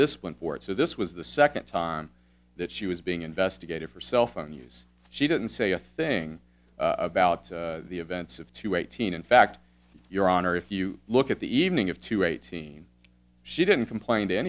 disciplined for it so this was the second time that she was being investigated for cell phone use she didn't say a thing about the events of two eighteen in fact your honor if you look at the evening of two eighteen she didn't complain to